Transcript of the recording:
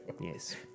Yes